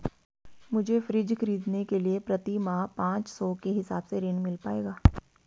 मुझे फ्रीज खरीदने के लिए प्रति माह पाँच सौ के हिसाब से ऋण मिल पाएगा?